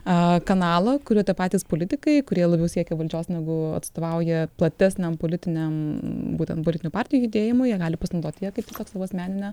kanalą kuriuo tie patys politikai kurie labiau siekia valdžios negu atstovauja platesniam politiniam būtent politinių partijų judėjimui jie gali pasinaudoti ja kaip savo asmenine